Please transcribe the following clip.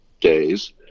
days